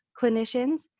clinicians